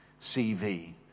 CV